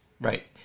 Right